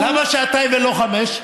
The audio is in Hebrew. למה שעתיים ולא חמש?